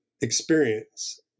experience